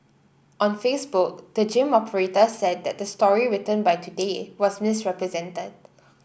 on Facebook the gym operator said that the story written by Today was misrepresented